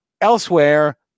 elsewhere